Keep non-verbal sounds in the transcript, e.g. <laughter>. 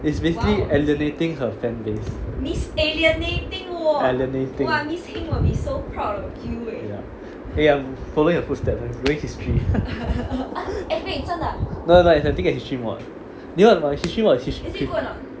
it's basically alienating her fanbase alienating ya eh I'm following your footsteps I'm doing history <laughs> no no I'm taking a history mod